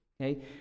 okay